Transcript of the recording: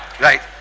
Right